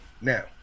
now